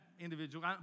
individual